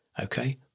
Okay